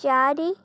ଚାରି